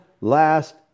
last